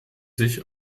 sich